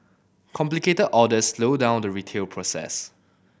complicated orders slowed down the retail process